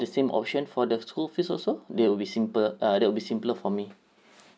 the same option for the school fees also that will be simple uh that will be simpler for me